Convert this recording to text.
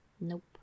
Nope